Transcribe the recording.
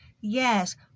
Yes